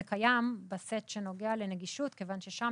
זה קיים בסט שנוגע לנגישות כיוון ששם